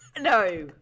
No